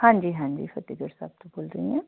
ਹਾਂਜੀ ਹਾਂਜੀ ਫਤਿਹਗੜ੍ਹ ਸਾਹਿਬ ਤੋਂ ਬੋਲ ਰਹੇ ਹਾਂ